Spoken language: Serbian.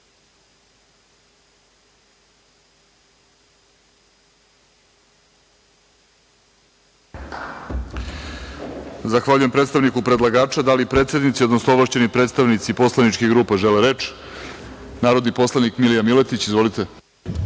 Zahvaljujem predstavniku predlagača. Da li predsednici, odnosno ovlašćeni predstavnici poslaničkih grupa žele reč? Reč ima narodni poslanik Milija Miletić. Izvolite.